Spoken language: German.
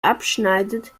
abschneidet